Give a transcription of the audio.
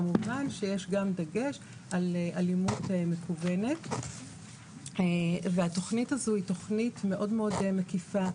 כמובן שיש גם דגש על אלימות מקוונת והתכנית הזאת היא תכנית מאוד מקיפה,